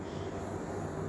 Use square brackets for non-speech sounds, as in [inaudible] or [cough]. [breath]